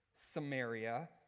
Samaria